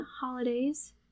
holidays